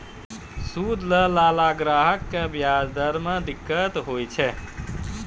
सूद लैय लाला ग्राहक क व्याज दर म दिक्कत होय छै